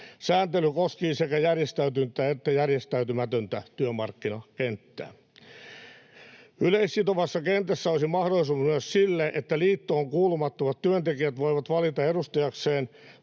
Sääntely koskee sekä järjestäytynyttä että järjestäytymätöntä työmarkkinakenttää. Yleissitovassa kentässä olisi mahdollisuus myös siihen, että liittoon kuulumattomat työntekijät voivat valita edustajakseen